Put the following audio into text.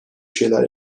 şeyler